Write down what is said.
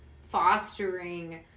fostering